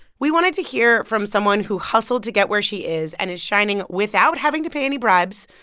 we wanted to hear from someone who hustled to get where she is and is shining without having to pay any bribes,